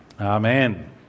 Amen